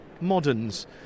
moderns